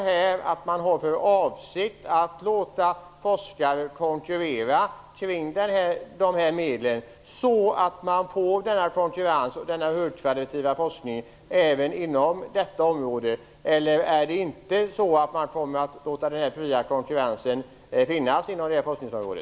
Har man för avsikt att låta forskare konkurrera om dessa medel, så att man kan få en högkvalitativ forskning även inom detta område, eller kommer man inte att låta en fri konkurrens finnas inom detta forskningsområde?